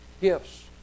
gifts